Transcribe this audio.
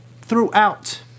throughout